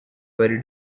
very